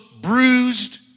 bruised